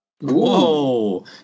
Whoa